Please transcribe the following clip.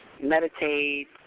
meditate